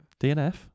DNF